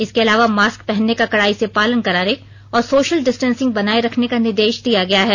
इसके अलावा मास्क पहनने का कड़ाई से पालन कराने और सोशल डिस्टेंसिंग बनाये रखने का निर्देश दिया गया है